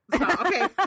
Okay